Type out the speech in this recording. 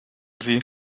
sie